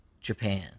japan